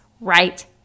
right